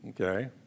Okay